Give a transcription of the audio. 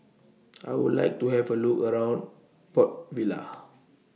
I Would like to Have A Look around Port Vila